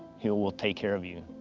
he will take care of you.